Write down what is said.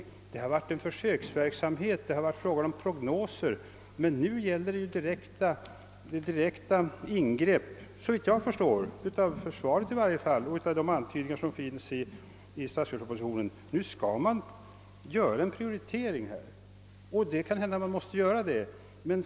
Ja, men det har då rört sig om en försöksverksamhet, det har varit fråga om prognoser, men nu gäller det direkta ingrepp, såvitt jag förstår av svaret och av de antydningar som finns i statsverkspropositionen. Nu skall man alltså göra en prioritering, och det kanske man måste göra.